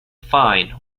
fine